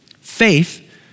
faith